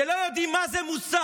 שלא יודעים מה זה מוסר,